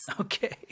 Okay